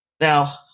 Now